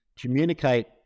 communicate